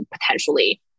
potentially